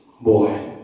boy